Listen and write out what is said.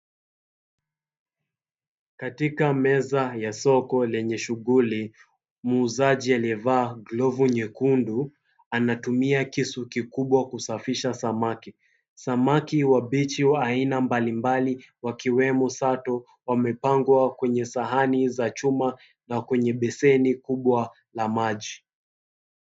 Katika meza ya soko lenye shughuli, muuzaji aliyevaa glovu nyekundu anatumia kisu kikubwa kusafisha samaki. Samaki wabichi wa aina mbalimbali wakiwemo sato wamepangwa kwenye sahani za chuma na kwenye beseni kubwa la maji.